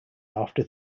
after